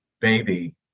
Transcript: baby